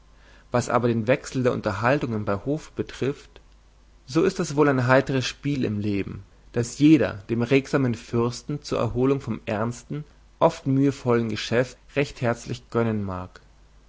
was aber den wechsel der unterhaltungen bei hofe betrifft so ist das wohl ein heitres spiel im leben das jeder dem regsamen fürsten zur erholung vom ernsten oft mühevollen geschäft recht herzlich gönnen mag